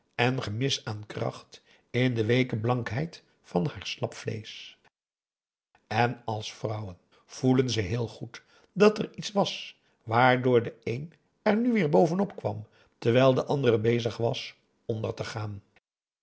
en gemis aan kracht in de weeke blankheid van haar slap vleesch en als vrouwen voelden ze heel goed dat er iets was waardoor de een er nu weer bovenop kwam terwijl de andere bezig was onder te gaan